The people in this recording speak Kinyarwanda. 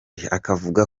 akavuga